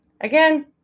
again